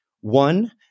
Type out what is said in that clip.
One